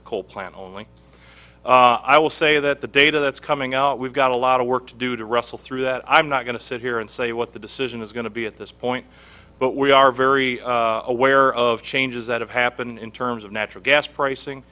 a coal plant only i will say that the data that's coming out we've got a lot of work to do to wrestle through that i'm not going to sit here and say what the decision is going to be at this point but we are very aware of changes that have happened in terms of natural gas pricing